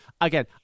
Again